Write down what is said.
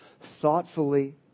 thoughtfully